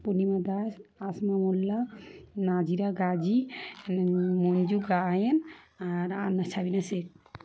পূর্ণিমা দাস আসমা মোল্লা নাজিরা গাজী মঞ্জু গায়েন আর আনা সাবিনা শেখ